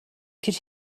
could